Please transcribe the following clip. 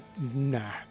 nah